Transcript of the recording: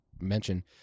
mention